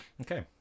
okay